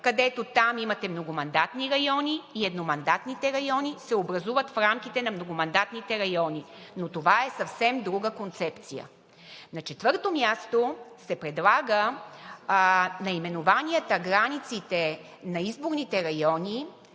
където там имате многомандатни райони и едномандатните райони се образуват в рамките на многомандатните райони, но това е съвсем друга концепция. На четвърто място се предлага наименованията, границите на изборните райони